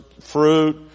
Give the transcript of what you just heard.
fruit